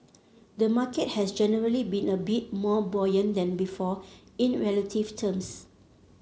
the market has generally been a bit more buoyant than before in relative terms